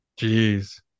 Jeez